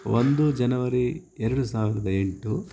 ಒಂದು ಜನವರಿ ಎರಡು ಸಾವಿರದ ಎಂಟು